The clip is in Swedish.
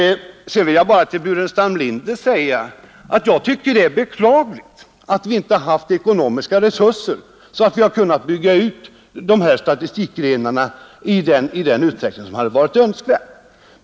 Till herr Burenstam Linder vill jag bara säga att jag tycker det är beklagligt att vi inte har haft ekonomiska resurser så att vi har kunnat bygga ut de här statistikgrenarna i den utsträckning som hade varit önskvärd.